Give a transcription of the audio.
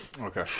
Okay